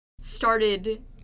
started